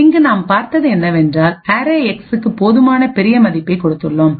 இங்கு நாம் பார்த்தது என்னவென்றால்அரேஎக்ஸ்arrayx க்கு போதுமான பெரிய மதிப்பைக் கொடுத்துள்ளோம்